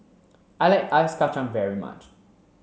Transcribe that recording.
I like Ice Kacang very much